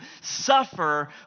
suffer